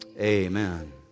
amen